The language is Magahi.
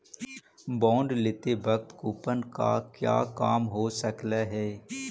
बॉन्ड लेते वक्त कूपन का क्या काम हो सकलई हे